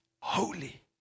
holy